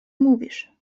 mówisz